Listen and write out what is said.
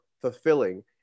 fulfilling